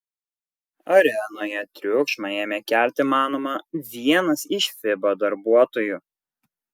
arenoje triukšmą ėmė kelti manoma vienas iš fiba darbuotojų